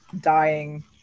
dying